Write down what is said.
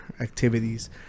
activities